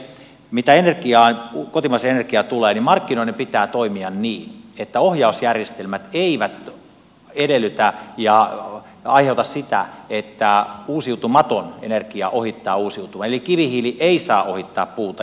mitä kotimaiseen energiaan tulee niin markkinoiden pitää toimia niin että ohjausjärjestelmät eivät edellytä ja aiheuta sitä että uusiutumaton energia ohittaa uusiutuvan eli kivihiili ei saa ohittaa puuta